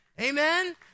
Amen